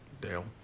Dale